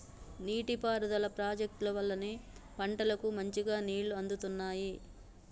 నీటి పారుదల ప్రాజెక్టుల వల్లనే పంటలకు మంచిగా నీళ్లు అందుతున్నాయి